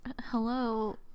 hello